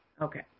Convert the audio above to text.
Okay